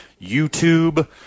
YouTube